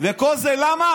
כל זה למה?